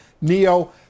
neo